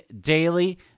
daily